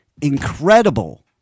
incredible